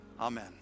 Amen